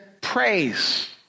praise